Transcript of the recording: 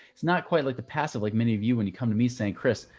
it's not quite like the passive, like many of you, when you come to me saying chris,